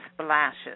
splashes